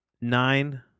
nine